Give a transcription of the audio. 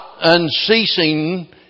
unceasing